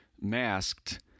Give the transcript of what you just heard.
masked